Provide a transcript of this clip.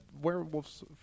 werewolves